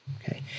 Okay